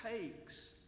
takes